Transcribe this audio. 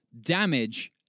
damage